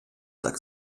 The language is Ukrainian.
так